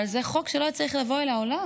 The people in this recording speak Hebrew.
אבל זה חוק שלא היה צריך לבוא אל העולם,